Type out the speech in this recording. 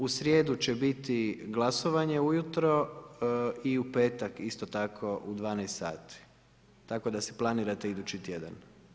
U srijedu će biti glasovanje ujutro i u petak isto tako u 12,00 sati, tako da si planirate idući tjedan.